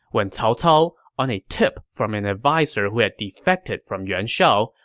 when cao cao, on a tip from an adviser who had defected from yuan shao,